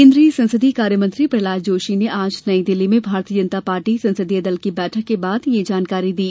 केन्द्रीय संसदीय कार्यमंत्री प्रहलाद जोशी ने आज नई दिल्ली में भारतीय जनता पार्टी संसदीय दल की बैठक के बाद यह जानकारी दी